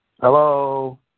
hello